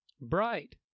Bright